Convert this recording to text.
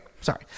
sorry